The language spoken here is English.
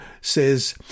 says